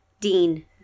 Dean